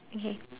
okay